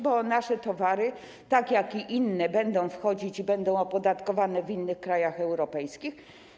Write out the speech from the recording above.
Bo nasze towary, tak jak i inne, będą wchodzić i będą opodatkowane w innych krajach europejskich.